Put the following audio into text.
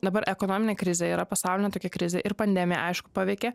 dabar ekonominė krizė yra pasaulinė tokia krizė ir pandemija aišku paveikė